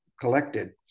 collected